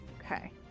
Okay